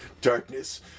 darkness